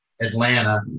Atlanta